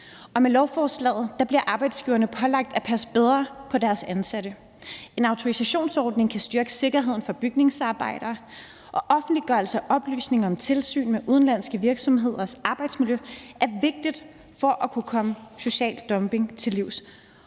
Med lovforslaget bliver arbejdsgiverne pålagt at passe bedre på deres ansatte. En autorisationsordning kan styrke sikkerheden for bygningsarbejdere, og offentliggørelse af oplysninger om tilsyn med udenlandske virksomheders arbejdsmiljø er vigtigt for at kunne komme social dumping til livs,